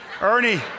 Ernie